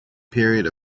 period